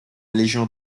légion